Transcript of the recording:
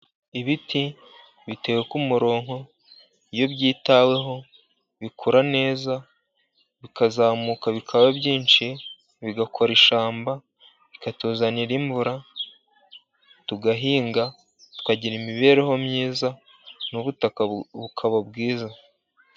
Ibiti bitewe k'umurongo, iyo byitaweho bikura neza, bikazamuka, bikaba byinshi, bigakora ishyamba, bikatuzanira imvura tugahinga, tukagira imibereho myiza, n'ubutaka bukaba bwiza.